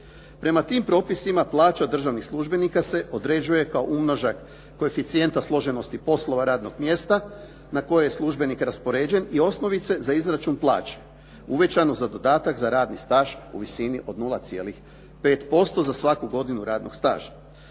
Prema tim propisima plaća državnih službenika se određuje kao umnožak koeficijenta složenosti poslova radnog mjesta na koje je službenik raspoređen i osnovice za izračun plaće uvećano za dodatak za radni staž u visini od 0,5% za svaku godinu radnog staža.